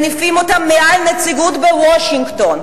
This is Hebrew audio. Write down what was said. מניפים אותו מעל נציגות בוושינגטון.